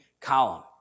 column